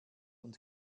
und